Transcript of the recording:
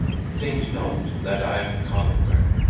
think not that i am conquered,